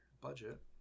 budget